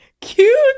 cute